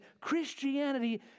Christianity